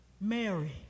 Mary